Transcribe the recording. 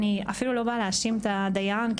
אני אפילו לא באה להאשים את הדיין כי